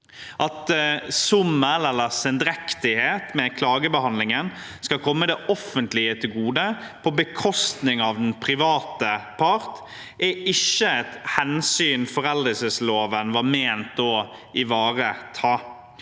At sommel eller sendrektighet i klagebehandlingen skal komme det offentlige til gode på bekostning av den private part, er ikke et hensyn foreldelsesloven er ment å ivareta.